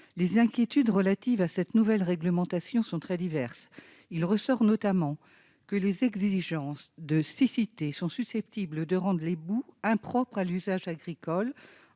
Les inquiétudes relatives à cette nouvelle réglementation sont très diverses. Il ressort notamment que les exigences de siccité sont susceptibles de rendre les boues impropres à l'usage agricole